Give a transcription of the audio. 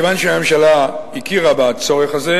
מכיוון שהממשלה הכירה בצורך הזה,